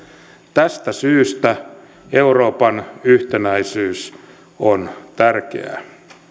tästä syystä euroopan yhtenäisyys on tärkeää